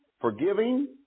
forgiving